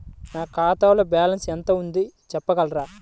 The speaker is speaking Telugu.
నా ఖాతాలో బ్యాలన్స్ ఎంత ఉంది చెప్పగలరా?